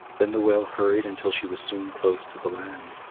then the whale hurried until she was soon close to the land.